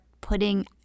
putting